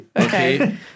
Okay